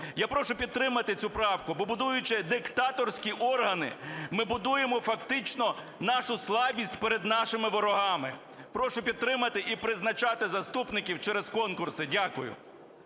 Я прошу підтримати цю правку, бо будуючи диктаторські органи, ми будуємо фактично нашу слабість перед нашими ворогами. Прошу підтримати і призначати заступників через конкурси. Дякую.